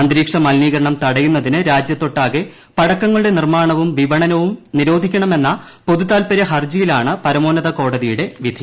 അന്തരീക്ഷ മലിനീകരണം തടയുന്നതിന് രാജ്യത്തൊട്ടാകെ പടക്കങ്ങളുടെ നിർമാണവും വിപണനവും നിരോധിക്കണമെന്ന പൊതുതാൽപര്യ ഹർജിയിലാണ് പരമോന്നത കോടതിയുടെ വിധി